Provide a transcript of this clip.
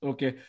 Okay